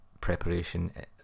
preparation